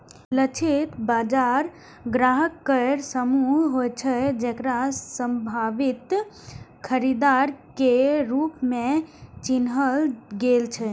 लक्षित बाजार ग्राहक केर समूह होइ छै, जेकरा संभावित खरीदार के रूप मे चिन्हल गेल छै